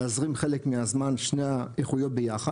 להזרים חלק מהזמן שני האיכויות ביחד,